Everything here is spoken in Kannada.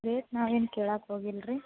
ರೇಟ್ ನಾವೇನೂ ಕೇಳಕ್ಕೆ ಹೋಗಿಲ್ಲ ರೀ